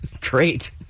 Great